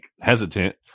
hesitant